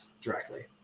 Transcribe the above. directly